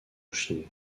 chine